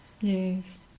Yes